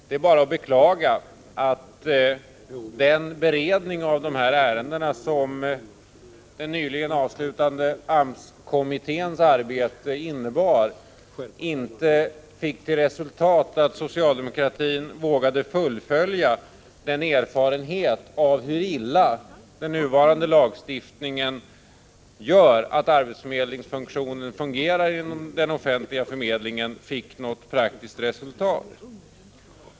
Det är bara att beklaga att beredningen av dessa ärenden, som gjordes inom AMS-kommittén, inte ledde till att socialdemokraterna vågade i praktisk handling dra konsekvenserna av erfarenheterna av hur dåligt lagstiftningen om den offentliga arbetsförmedlingen fungerar.